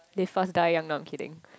they fast die young no I'm kidding